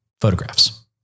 photographs